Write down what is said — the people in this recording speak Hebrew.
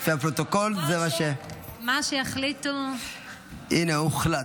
לפי הפרוטוקול, זה מה, הינה, הוחלט.